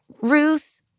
Ruth